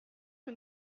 que